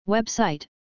Website